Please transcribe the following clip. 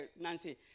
Nancy